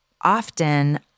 often